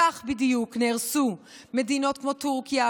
כך בדיוק נהרסו מדינות כמו טורקיה,